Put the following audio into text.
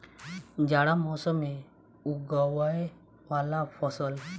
जाड़ा मौसम मे उगवय वला फसल?